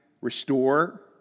restore